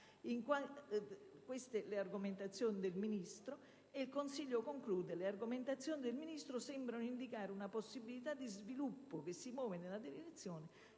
queste le argomentazioni del Ministro. E il Consiglio conclude affermando che tali argomentazioni sembrano indicare una possibilità di sviluppo che si muove nella direzione